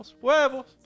huevos